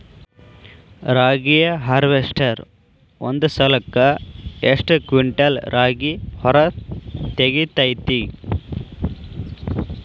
ರಾಗಿಯ ಹಾರ್ವೇಸ್ಟರ್ ಒಂದ್ ಸಲಕ್ಕ ಎಷ್ಟ್ ಕ್ವಿಂಟಾಲ್ ರಾಗಿ ಹೊರ ತೆಗಿತೈತಿ?